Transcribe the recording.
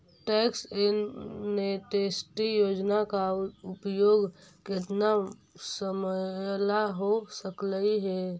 tax amnesty योजना का उपयोग केतना समयला हो सकलई हे